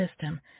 system